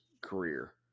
career